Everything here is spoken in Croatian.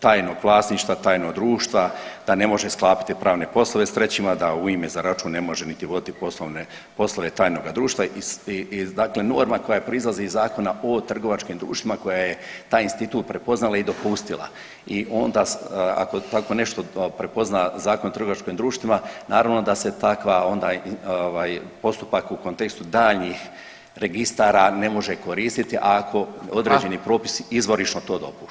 tajnog vlasništva, tajnog društva, da ne može sklapati pravne osobe s trećima, da u ime i za račun ne može niti voditi poslovne, poslove tajnoga društva, dakle norma koja proizlazi iz Zakona o trgovačkim društvima, koja je taj institut prepoznala i dopustila i onda ako tako nešto prepozna Zakon o trgovačkim društvima naravno da se takva onda ovaj postupak u kontekstu daljnjih registara ne može koristiti, a ako određeni propisi izvorišno to dopušta, evo.